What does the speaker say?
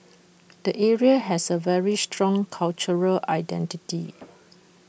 the area has A very strong cultural identity